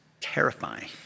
terrifying